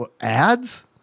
ads